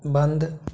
बंद